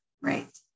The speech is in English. Right